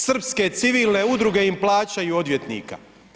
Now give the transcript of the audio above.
Srpske civilne udruge im plaćaju odvjetnika.